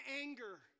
anger